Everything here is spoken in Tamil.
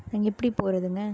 அங்கே எப்படி போறதுங்க